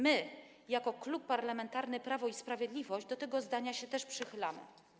My jako Klub Parlamentarny Prawo i Sprawiedliwość też do tego zdania się przychylamy.